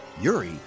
Yuri